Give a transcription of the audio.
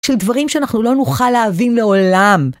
של דברים שאנחנו לא נוכל להבין מעולם.